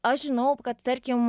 aš žinau kad tarkim